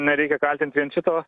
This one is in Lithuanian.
nereikia kaltinti vien šito